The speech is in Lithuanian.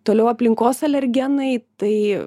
toliau aplinkos alergenai tai